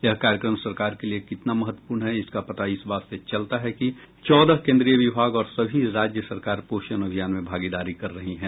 यह कार्यक्रम सरकार के लिए कितना महत्वपूर्ण है इसका पता इस बात से चलता है कि चौदह केन्द्रीय विभाग और सभी राज्य सरकार पोषण अभियान में भागदारी कर रही हैं